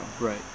Right